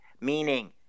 meaning